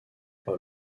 par